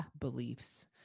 beliefs